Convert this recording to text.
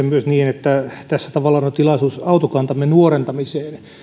myös niin että tässä tavallaan on tilaisuus autokantamme nuorentamiseen